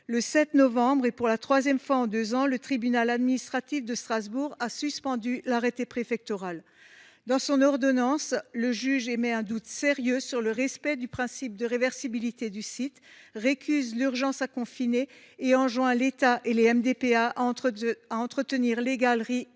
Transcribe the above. Le 7 novembre dernier, pour la troisième fois en deux ans, le tribunal administratif de Strasbourg a suspendu l’arrêté préfectoral. Dans l’ordonnance de référé, le juge émet un doute sérieux sur le respect du principe de réversibilité du site, récuse l’urgence à confiner et enjoint à l’État ainsi qu’aux Mines de potasse